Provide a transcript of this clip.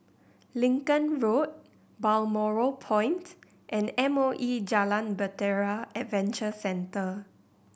Lincoln Road Balmoral Point and M O E Jalan Bahtera Adventure Centre